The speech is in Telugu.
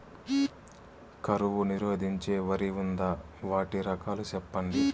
కరువు నిరోధించే వరి ఉందా? వాటి రకాలు చెప్పండి?